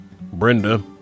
Brenda